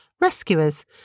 rescuers